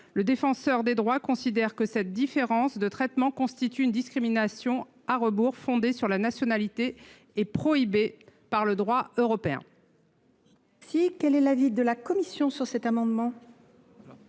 Le Défenseur des droits considère que cette différence de traitement constitue une discrimination à rebours, fondée sur la nationalité et prohibée par le droit européen. Quel est l’avis de la commission ? Ma chère